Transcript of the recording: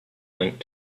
linked